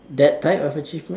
that type of achievement